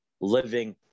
living